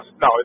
no